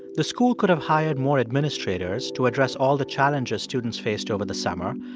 the school could have hired more administrators to address all the challenges students faced over the summer.